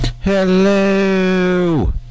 Hello